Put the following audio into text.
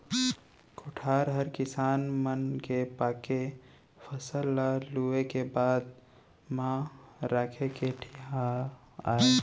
कोठार हर किसान मन के पाके फसल ल लूए के बाद म राखे के ठिहा आय